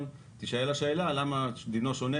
היה פה דיון האם על החוק הזה שתי דקות להביע את העמדה זה מספיק.